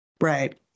Right